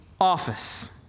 office